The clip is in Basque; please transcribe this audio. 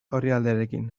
orrialdearekin